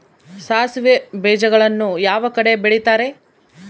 ಸಾಸಿವೆ ಬೇಜಗಳನ್ನ ಯಾವ ಕಡೆ ಬೆಳಿತಾರೆ?